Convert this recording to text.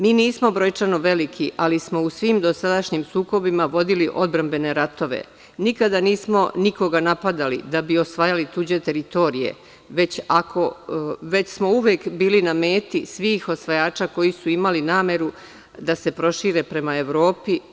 Mi nismo brojčano veliki, ali smo u svim dosadašnjim sukobima vodili odbrambene ratove, nikada nismo nikoga napadali da bi osvajali tuđe teritorije, već smo uvek bili na meti svih osvajača koji su imali nameru da se prošire prema Evropi.